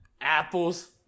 Apples